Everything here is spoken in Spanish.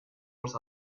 los